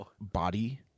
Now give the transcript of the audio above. body